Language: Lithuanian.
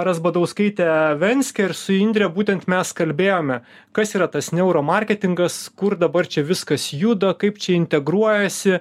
razbadauskaitė venskė ir su indre būtent mes kalbėjome kas yra tas neuro marketingas kur dabar čia viskas juda kaip čia integruojasi